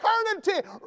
eternity